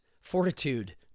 fortitude